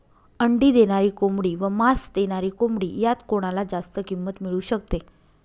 अंडी देणारी कोंबडी व मांस देणारी कोंबडी यात कोणाला जास्त किंमत मिळू शकते?